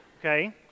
okay